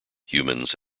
humans